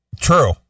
true